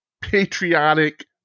patriotic